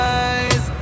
eyes